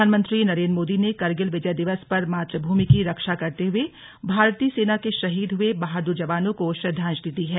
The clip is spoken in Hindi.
प्रधानमंत्री नरेन्द्र मोदी ने करगिल विजय दिवस पर मातृभूमि की रक्षा करते हुए भारतीय सेना के शहीद हुए बहादुर जवानों को श्रद्वांजलि दी है